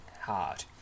hard